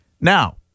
Now